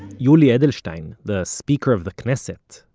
yuli edelstein, the speaker of the knesset,